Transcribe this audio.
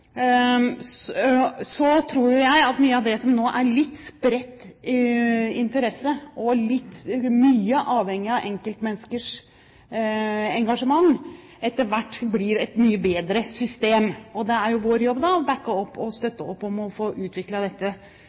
Så tror jo jeg at mye av det som nå er litt spredt interesse og mye avhengig av enkeltmenneskers engasjement, etter hvert blir et mye bedre system. Det er jo vår jobb å støtte opp om og få utviklet dette best mulig, sånn at det skal være mulig for flere ungdommer å